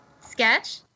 Sketch